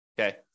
Okay